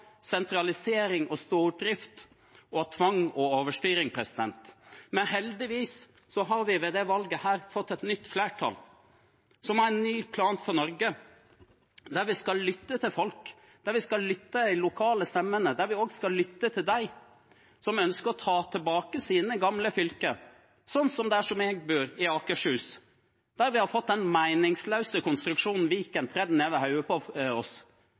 sentralisering og stordrift, og av tvang og overstyring. Men heldigvis har vi ved dette valget fått et nytt flertall som har en ny plan for Norge, der vi skal lytte til folk, der vi skal lytte til de lokale stemmene, der vi også skal lytte til dem som ønsker å ta tilbake sine gamle fylker, sånn som i Akershus, der jeg bor, der vi har fått den meningsløse konstruksjonen Viken tredd nedover hodet på oss,